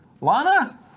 Lana